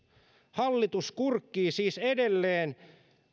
hallitus kurkkii siis edelleen